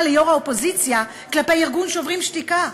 כלפי יושב-ראש האופוזיציה על ארגון "שוברים שתיקה".